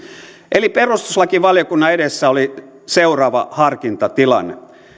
eli perustuslakivaliokunnan edessä oli seuraava harkintatilanne